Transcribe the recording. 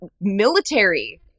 military